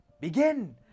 begin